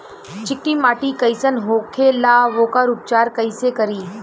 चिकटि माटी कई सन होखे ला वोकर उपचार कई से करी?